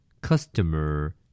Customer